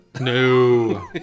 No